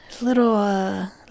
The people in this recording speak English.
little